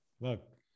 look